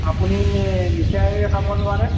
আপুনি মিঠাই খাব নোৱাৰে